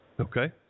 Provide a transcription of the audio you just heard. Okay